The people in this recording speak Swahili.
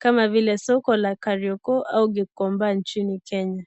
kama vile soko la Kariokor au Gikomba nchini Kenya.